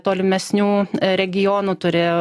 tolimesnių regionų turi